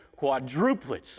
quadruplets